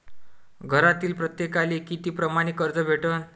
घरातील प्रत्येकाले किती परमाने कर्ज भेटन?